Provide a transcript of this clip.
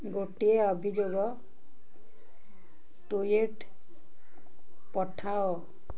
ଗୋଟିଏ ଅଭିଯୋଗ ଟୁଇଟ୍ ପଠାଅ